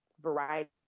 variety